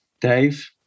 Dave